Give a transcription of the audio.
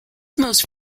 most